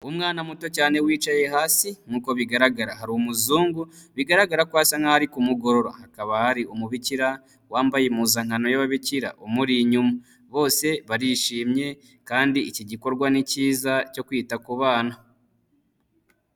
Umwana muto cyane wicaye hasi nk'uko bigaragara hari umuzungu, bigaragara ko asa nk'aho ari kumugorora, hakaba hari umubikira wambaye impuzankano y'ababikira umuri inyuma, bose barishimye kandi iki gikorwa ni cyiza cyo kwita ku bana.